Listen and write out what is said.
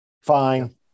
fine